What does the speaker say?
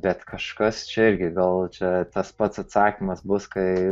bet kažkas čia irgi gal čia tas pats atsakymas bus kai